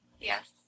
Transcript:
Yes